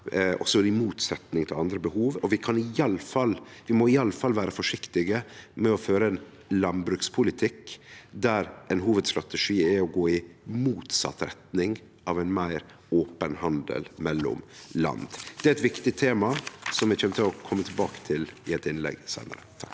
er i motsetning til andre behov. Vi må i alle fall vere forsiktige med å føre ein landbrukspolitikk der ein hovudstrategi er å gå i motsett retning av ein meir open handel mellom land. Det er eit viktig tema som eg kjem til å kome tilbake til i eit innlegg seinare.